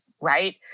right